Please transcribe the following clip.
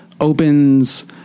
opens